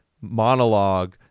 monologue